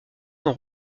son